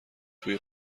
توی